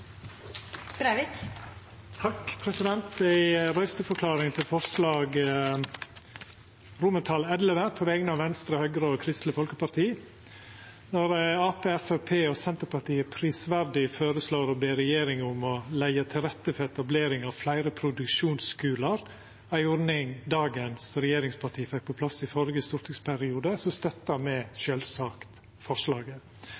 god! Takk. Eg har ei røysteforklaring til XI på vegner av Venstre, Høgre og Kristeleg Folkeparti. Når Arbeidarpartiet, Framstegspartiet og Senterpartiet prisverdig føreslår å be regjeringa om å leggja til rette for etablering av fleire produksjonsskular, ei ordning dagens regjeringsparti fekk på plass i førre stortingsperiode,